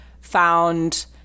found